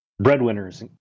breadwinners